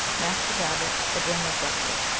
master rabbit again reflected,